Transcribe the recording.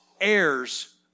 heirs